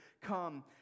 come